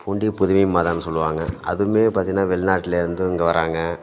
பூண்டி புதுமை மாதான்னு சொல்லுவாங்க அதுவுமே பார்த்தீங்கன்னா வெளிநாட்லேருந்து இங்கே வராங்க